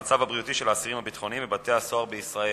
המצב הבריאותי של האסירים הביטחוניים בבתי-הסוהר בישראל.